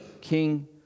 King